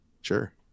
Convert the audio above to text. sure